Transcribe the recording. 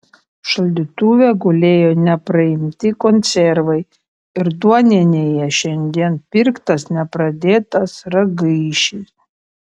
šaldytuve gulėjo nepraimti konservai ir duoninėje šiandien pirktas nepradėtas ragaišis